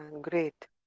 great